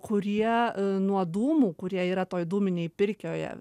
kurie nuo dūmų kurie yra toj dūminėj pirkioje